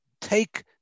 take